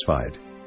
satisfied